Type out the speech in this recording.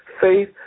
faith